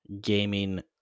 gaming